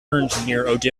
avenue